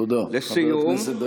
תודה, חבר הכנסת עוזי דיין.